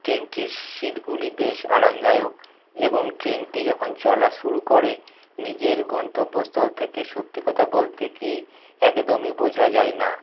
ট্রেনটির সিটগুলি বেশ আরামদায়ক এবং ট্রেনটি যখন চলা শুরু করে নিজের গন্তব্যস্থল থেকে সত্যি কথা বলতে কি একদমই বোঝা যায় না